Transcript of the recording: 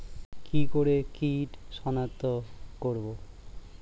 কি করে কিট শনাক্ত করব?